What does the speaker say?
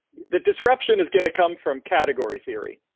the disruption is gonna come from category theory.